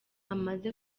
amaze